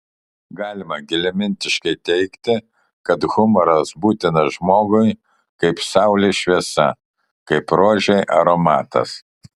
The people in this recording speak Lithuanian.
galima giliamintiškai teigti kad humoras būtinas žmogui kaip saulės šviesa kaip rožei aromatas